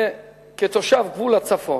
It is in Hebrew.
וכתושב גבול הצפון,